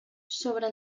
sobre